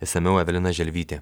išsamiau evelina želvytė